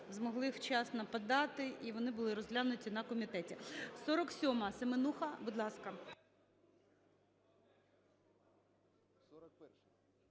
змогли вчасно подати, і вони були розглянуті на комітеті.